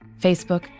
Facebook